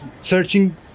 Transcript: searching